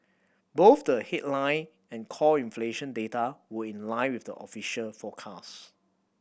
both the headline and core inflation data were in line with the official forecast